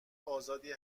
آزادی